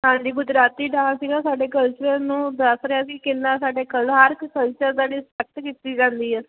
ਹਾਂਜੀ ਗੁਜਰਾਤੀ ਡਾਂਸ ਸੀਗਾ ਸਾਡੇ ਕਲਚਰ ਨੂੰ ਦੱਸ ਰਿਹਾ ਸੀ ਕਿੰਨਾ ਸਾਡੇ ਹਰ ਇੱਕ ਕਲਚਰ ਦਾ ਰਿਸਪੈਕਟ ਕੀਤੀ ਜਾਂਦੀ ਹੈ